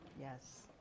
Yes